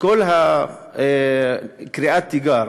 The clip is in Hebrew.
כל קריאת התיגר